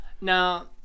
Now